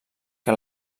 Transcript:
que